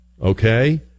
okay